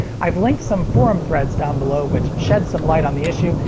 i've linked some forum threads down below which shed some light on the issue,